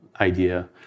idea